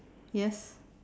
yes